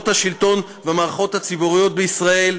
השלטון ובמערכות הציבוריות בישראל,